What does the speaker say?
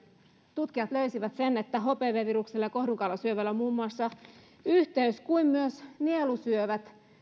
tutkijat löysivät sen että muun muassa hpv viruksella ja kohdunkaulan syövällä on yhteys kuten myös nielusyövät